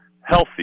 healthy